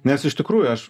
nes iš tikrųjų aš